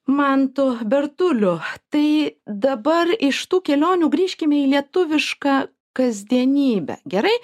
mantu bertuliu tai dabar iš tų kelionių grįžkime į lietuvišką kasdienybę gerai